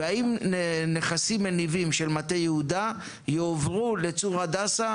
והאם נכסים מניבים של מטה יהודה יועברו לתפקוד צור הדסה?